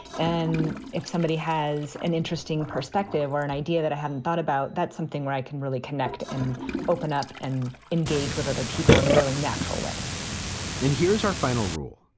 and if somebody has an interesting perspective or an idea that i hadn't thought about, that's something where i can really connect and open up and engage with other people in a really natural way and here's our final rule.